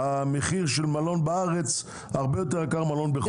המחיר של מלון בארץ הרבה יותר יקר ממלון בחו"ל.